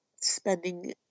spending